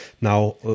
now